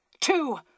two